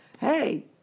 hey